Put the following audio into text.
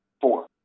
four